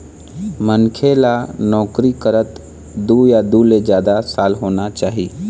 मनखे ल नउकरी करत दू या दू ले जादा साल होना चाही